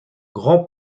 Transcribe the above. grand